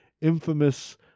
infamous